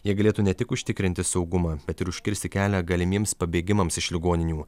jie galėtų ne tik užtikrinti saugumą bet ir užkirsti kelią galimiems pabėgimams iš ligoninių